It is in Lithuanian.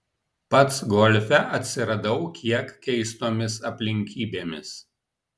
pats golfe atsiradau kiek keistomis aplinkybėmis